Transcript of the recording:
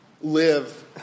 Live